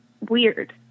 weird